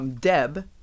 Deb